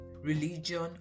religion